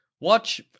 Watch